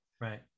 right